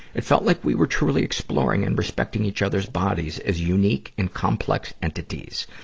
it felt like we were truly exploring and respecting each other's bodies as unique and complex entities.